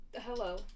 hello